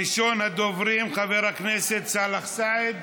ראשון הדוברים, חבר הכנסת סאלח סעד,